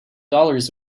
dollars